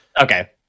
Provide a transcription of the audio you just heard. Okay